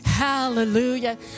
Hallelujah